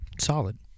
solid